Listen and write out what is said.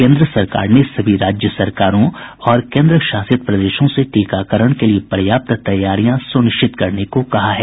केंद्र सरकार ने सभी राज्य सरकारों और केंद्र शासित प्रदेशों से टीकाकरण के लिए पर्याप्त तैयारियां सुनिश्चित करने को कहा है